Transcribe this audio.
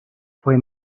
fue